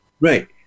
Right